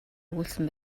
өгүүлсэн